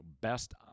best